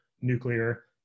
nuclear